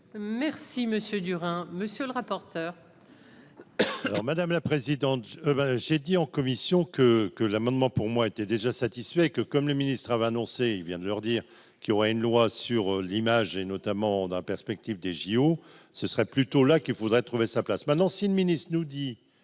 hein, monsieur le rapporteur. Alors madame la présidente, ben j'ai dit en commission que que l'amendement pour moi était déjà satisfait que comme le ministre avait annoncé, il vient de leur dire qu'il aura une loi sur l'image et notamment dans la perspective des JO, ce serait plutôt là qu'il faudrait trouver sa place maintenant si le ministre nous dit